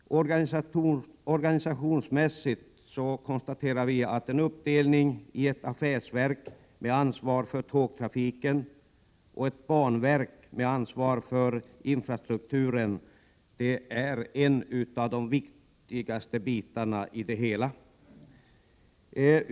Vi konstaterar att organisationsmässigt är en uppdelning i ett affärsverk med ansvar för tågtrafiken och ett banverk med ansvar för infrastrukturen en av de viktigaste frågorna.